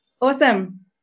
awesome